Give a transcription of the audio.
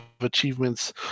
achievements